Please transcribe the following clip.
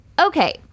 okay